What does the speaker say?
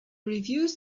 reviews